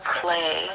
play